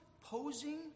posing